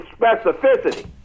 specificity